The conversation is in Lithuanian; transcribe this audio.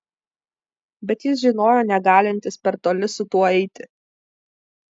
bet jis žinojo negalintis per toli su tuo eiti